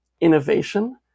innovation